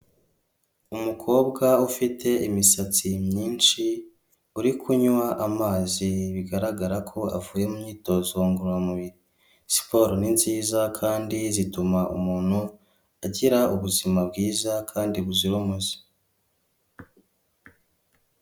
Umukobwa ufite imisatsi myinshi uri kunywa amazi bigaragara ko avuye mu myitozo ngororamubiri. Siporo ni nziza kandi zituma umuntu agira ubuzima bwiza kandi buzira umuze.